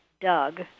Doug